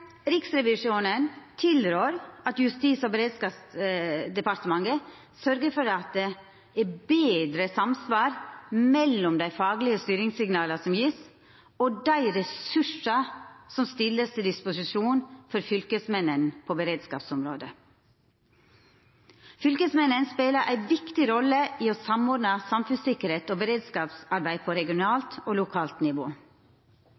Riksrevisjonen tilrår at Justis- og beredskapsdepartementet sørgjer for at det er betre samsvar mellom dei faglege styringssignala som vert gjevne, og dei ressursane som vert stilte til disposisjon for fylkesmennene på beredskapsområdet. Fylkesmannen spelar ei viktig rolle i å samordna samfunnstryggleiks- og beredskapsarbeid på regionalt og lokalt nivå.